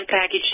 package